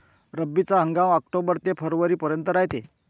रब्बीचा हंगाम आक्टोबर ते फरवरीपर्यंत रायते